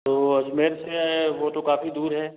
तो अजमेर है वो तो काफ़ी दूर हैं